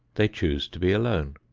they choose to be alone.